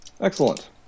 Excellent